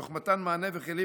תוך מתן מענה וכלים